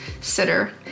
sitter